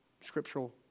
scriptural